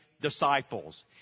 disciples